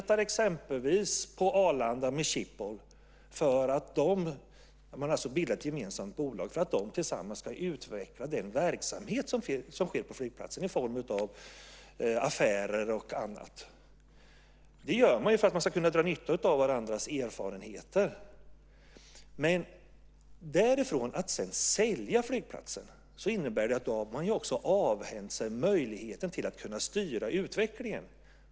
Till exempel samarbetar Arlanda med Schiphol - de har bildat ett gemensamt bolag - för att de tillsammans ska utveckla den verksamhet som sker på flygplatser i form av affärer och annat. Det gör de för att dra nytta av varandras erfarenheter. Men att därifrån sedan sälja flygplatserna innebär att man avhänder sig möjligheten att styra utvecklingen.